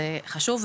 זה חשוב,